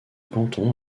canton